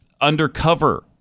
undercover